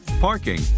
parking